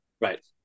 right